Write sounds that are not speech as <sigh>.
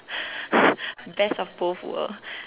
<breath> best of both world